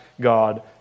God